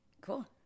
Cool